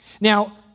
Now